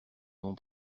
avons